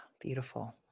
Beautiful